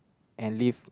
and live